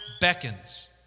beckons